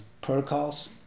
protocols